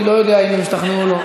אני לא יודע אם הם השתכנעו או לא.